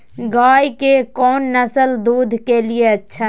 गाय के कौन नसल दूध के लिए अच्छा है?